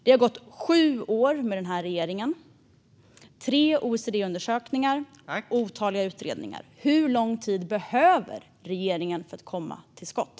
Det har gått sju år med denna regering, och det har varit tre OECD-undersökningar och otaliga utredningar. Hur lång tid behöver regeringen för att komma till skott?